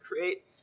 create